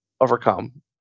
overcome